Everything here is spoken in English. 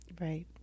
right